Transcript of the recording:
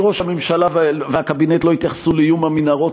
שראש הממשלה והקבינט לא התייחסו לאיום המנהרות